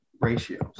ratios